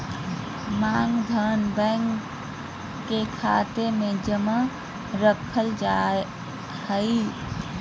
मांग धन, बैंक के खाता मे जमा रखल जा हय